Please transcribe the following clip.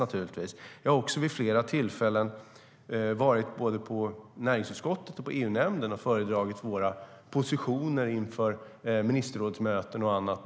Jag har också vid flera tillfällen varit i näringsutskottet och EU-nämnden och föredragit våra positioner inför ministerrådsmöten och annat.